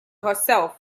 herself